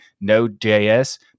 Node.js